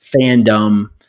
fandom